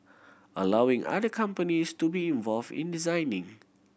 allowing other companies to be involved in designing